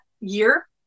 year